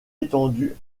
étendue